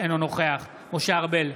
אינו נוכח משה ארבל,